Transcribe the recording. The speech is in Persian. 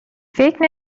فکر